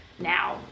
Now